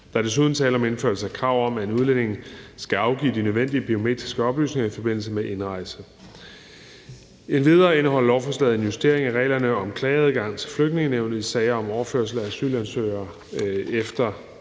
Der er desuden tale om en indførelse af et krav om, at en udlænding skal afgive de nødvendige biometriske oplysninger i forbindelse med indrejse. Endvidere indeholder lovforslaget en justering af reglerne om klageadgang til Flygtningenævnet i sager om overførsel af asylansøgere efter